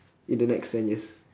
in the next ten years